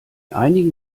einigen